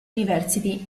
university